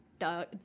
dog